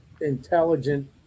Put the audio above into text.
intelligent